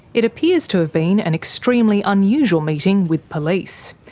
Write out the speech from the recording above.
it appears to have been an extremely unusual meeting with police.